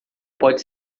pode